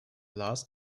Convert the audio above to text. lost